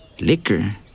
liquor